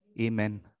Amen